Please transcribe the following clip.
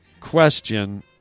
question